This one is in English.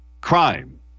crime